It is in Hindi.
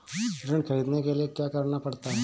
ऋण ख़रीदने के लिए क्या करना पड़ता है?